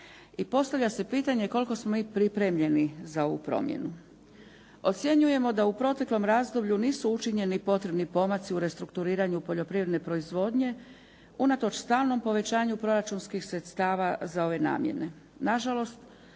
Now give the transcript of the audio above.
i postavlja se pitanje koliko smo mi pripremljeni za ovu promjenu. Ocjenjujemo da u proteklom razdoblju nisu učinjeni potrebni pomaci u restrukturiranju poljoprivredne proizvodnje unatoč stalnom povećanju proračunskih sredstava za ove namjene.